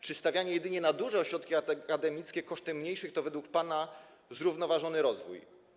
Czy stawianie jedynie na duże ośrodki akademickie kosztem mniejszych to według pana zrównoważony rozwój?